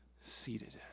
seated